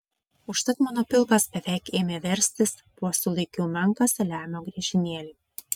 užtat mano pilvas beveik ėmė verstis vos sulaikiau menką saliamio griežinėlį